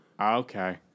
Okay